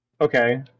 okay